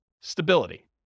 stability